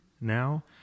now